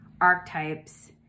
archetypes